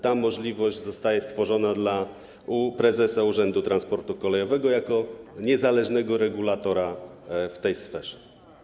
Ta możliwość zostaje stworzona, jeśli chodzi o prezesa Urzędu Transportu Kolejowego jako niezależnego regulatora w tej sferze.